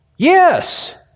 Yes